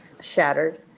shattered